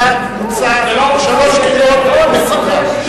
אתה מוצא בשלוש קריאות בסדרה.